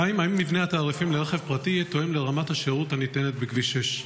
2. האם מבנה התעריפים לרכב פרטי יהיה תואם לרמת השירות הניתנת בכביש 6?